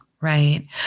right